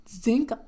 zinc